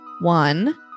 one